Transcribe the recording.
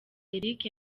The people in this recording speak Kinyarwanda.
eric